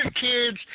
kids